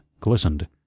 glistened